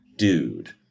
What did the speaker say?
Dude